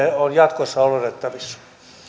on jatkossa odotettavissa